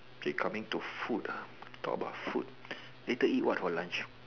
actually coming to food ah talk about food later eat what for lunch